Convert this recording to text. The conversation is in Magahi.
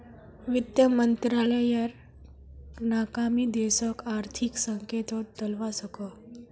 वित मंत्रालायेर नाकामी देशोक आर्थिक संकतोत डलवा सकोह